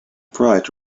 bright